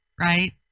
Right